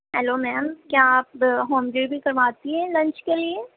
hello ma'am کیا آپ home delivery کرواتی ہیں لنچ کے لیے